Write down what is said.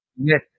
Yes